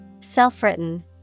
Self-written